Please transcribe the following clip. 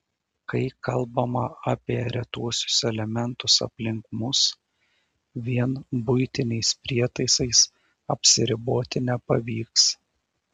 kai kalbama apie retuosius elementus aplink mus vien buitiniais prietaisais apsiriboti nepavyks